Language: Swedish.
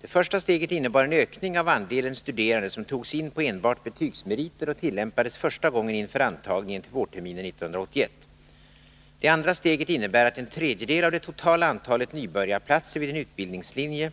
Det första steget innebar en ökning av andelen studerande som togs in på enbart betygsmeriter och tillämpades första gången inför antagningen till vårterminen 1981. Det andra steget innebär att en tredjedel av det totala antalet nybörjarplatser vid en utbildningslinje